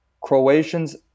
Croatians